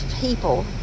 people